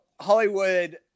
Hollywood